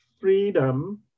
freedom